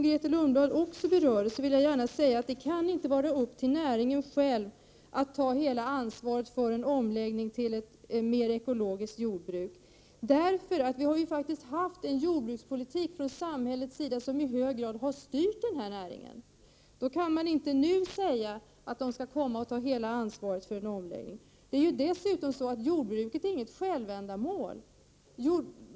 Grethe Lundblad berörde också jordbruket, och jag vill gärna säga att det inte kan vara näringens sak att själv ta hela ansvaret för en omläggning till ett mer ekologiskt jordbruk. Samhället har nämligen fört en jordbrukspolitik som i hög grad har styrt denna näring. Jordbruket är inte heller något självändamål.